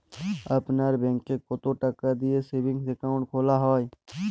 আপনার ব্যাংকে কতো টাকা দিয়ে সেভিংস অ্যাকাউন্ট খোলা হয়?